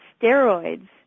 steroids